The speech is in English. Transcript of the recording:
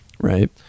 right